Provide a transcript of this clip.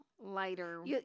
lighter